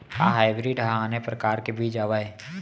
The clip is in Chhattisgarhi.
का हाइब्रिड हा आने परकार के बीज आवय?